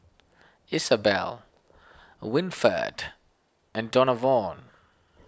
Isabel Winford and Donavon